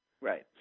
Right